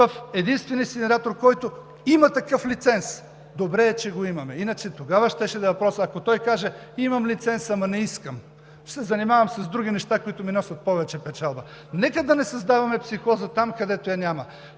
единствения инсинератор, който има такъв лиценз. Добре е, че го имаме, иначе тогава щеше да е проблем, ако той каже: „Имам лиценз, ама не искам, ще се занимавам с други неща, които ми носят повече печалба.“ Нека да не създаваме психоза там, където я няма.